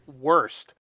worst